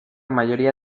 mayoría